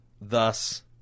Thus